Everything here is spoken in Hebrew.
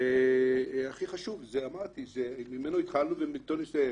הכי חשוב, אמרתי ועם זה אני אסיים,